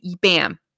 bam